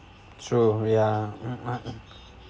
true ya